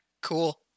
cool